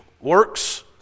works